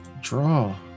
draw